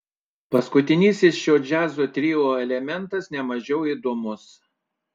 paskutinysis šio džiazo trio elementas ne mažiau įdomus